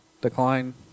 decline